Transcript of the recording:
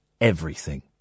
Everything